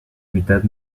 mitad